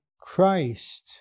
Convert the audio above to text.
Christ